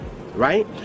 right